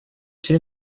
two